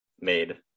made